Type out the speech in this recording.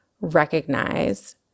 recognize